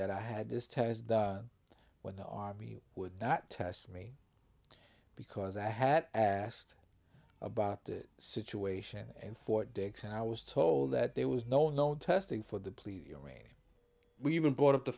that i had this test done when the army would not test me because i had asked about the situation in fort dix and i was told that there was no known testing for depleted uranium we even brought up the